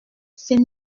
c’est